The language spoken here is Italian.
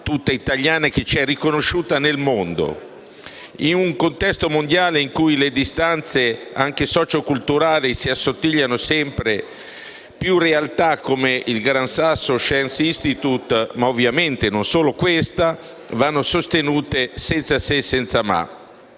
tutta italiana che ci è riconosciuta nel mondo. In un contesto mondiale in cui le distanze anche socioculturali si assottigliano sempre più, realtà come il Gran Sasso Science Institute - ma ovviamente non solo questa - vanno sostenute senza «se» e senza «ma».